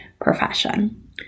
profession